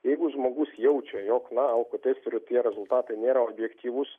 jeigu žmogus jaučia jog na alkotesterio tie rezultatai nėra objektyvūs